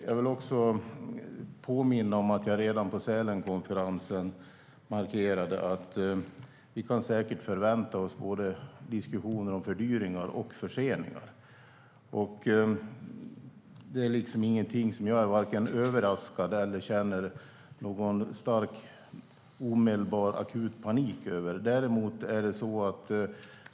Låt mig också påminna om att jag redan på Sälenkonferensen markerade att vi säkert kan förvänta oss diskussioner om både fördyringar och förseningar. Det är inget jag är överraskad av eller känner någon akut panik över.